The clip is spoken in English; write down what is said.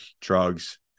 drugs